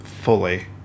fully